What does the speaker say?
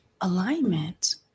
alignment